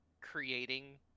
creating